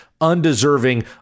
undeserving